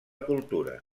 cultura